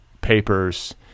papers